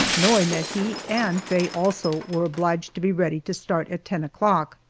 knowing that he and faye also, were obliged to be ready to start at ten o'clock.